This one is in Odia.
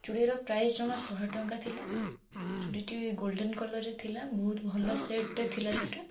ଚୁଡ଼ିର ପ୍ରାଇସ୍ ଜମା ଶହେଟଙ୍କା ଥିଲା ଚୁଡ଼ିଟି ଗୋଲଡ଼େନ୍ କଲର୍ରେ ଥିଲା ବହୁତ ଭଲ ସେଟ୍ଟେ ଥିଲା ସେଇଟା